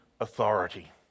authority